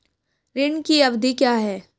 ऋण की अवधि क्या है?